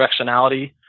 directionality